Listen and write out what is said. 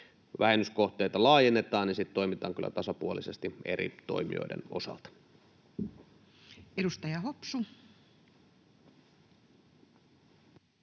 vähennyskohteita laajennetaan, niin sitten toimitaan kyllä tasapuolisesti eri toimijoiden osalta.